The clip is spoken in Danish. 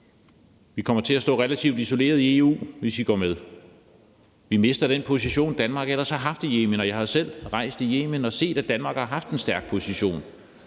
Vi kommer til at stå relativt isoleret i EU, hvis vi går med. Vi mister den position, Danmark ellers har haft i Yemen. Jeg har selv rejst i Yemen og set, at Danmark har haft en stærk position,